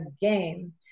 game